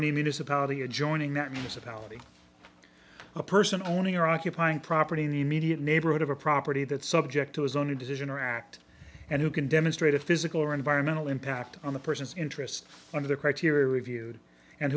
any municipality adjoining that means of ality a person owning or occupying property in the immediate neighborhood of a property that subject to his own addition or act and who can demonstrate a physical or environmental impact on the person's interests under the criteria reviewed and